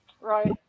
Right